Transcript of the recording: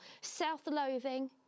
self-loathing